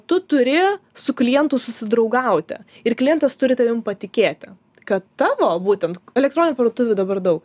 tu turi su klientu susidraugauti ir klientas turi tavim patikėti kad tavo būtent elektroninių parduotuvių dabar daug